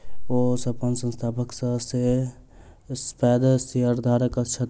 ओ अपन संस्थानक सब सॅ पैघ शेयरधारक छथि